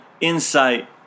insight